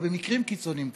או במקרים קיצוניים כאלה.